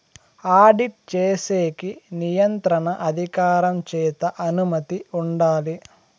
audit చేసేకి నియంత్రణ అధికారం చేత అనుమతి ఉండాలి